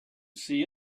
see